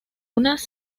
unas